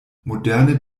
moderne